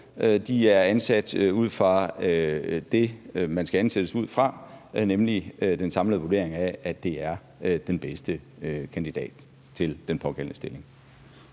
De er ansat ud fra det, man skal ansættes ud fra, nemlig den samlede vurdering af, at det er den bedste kandidat til den pågældende stilling.